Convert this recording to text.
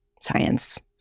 science